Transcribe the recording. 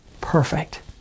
perfect